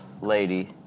lady